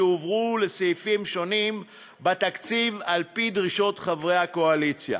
שהועברו לסעיפים שונים בתקציב על-פי דרישות חברי הקואליציה.